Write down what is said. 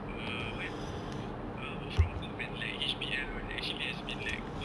uh what work uh work from home and like H_B_L all that actually it's been like quite